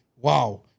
wow